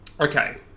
Okay